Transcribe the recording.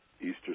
Easter